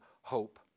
hope